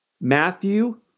Matthew